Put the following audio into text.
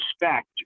respect